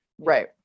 right